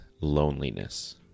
loneliness